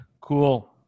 Cool